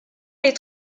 les